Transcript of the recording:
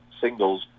singles